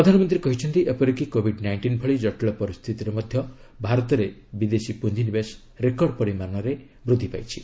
ପ୍ରଧାନମନ୍ତ୍ରୀ କହିଛନ୍ତି ଏପରିକି କୋବିଡ୍ ନାଇଣ୍ଟିନ୍ ଭଳି ଜଟିଳ ପରିସ୍ଥିତିରେ ମଧ୍ୟ ଭାରତରେ ବିଦେଶୀ ପୁଞ୍ଜିନିବେଶ ରେକର୍ଡ ପରିମାଣରେ ବୃଦ୍ଧି ପାଇଛି